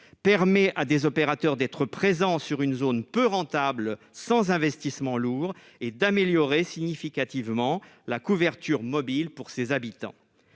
permet à des opérateurs d'être présent sur une zone peu rentables sans investissements lourds et d'améliorer significativement la couverture mobile pour ses habitants,